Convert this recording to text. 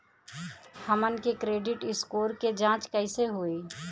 हमन के credit score के जांच कैसे होइ?